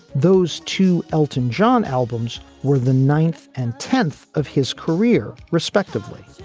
those two elton john. albums were the ninth and tenth of his career, respectively.